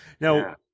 now